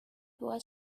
was